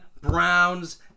Browns